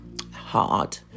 Hard